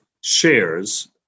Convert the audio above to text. shares